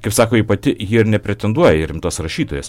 kaip sako ji pati ji ir nepretenduoja į rimtas rašytojas